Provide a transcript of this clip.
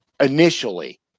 initially